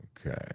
Okay